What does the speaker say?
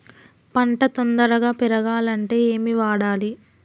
పంట తొందరగా పెరగాలంటే ఏమి వాడాలి?